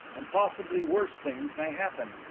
and possibly worse things may happen.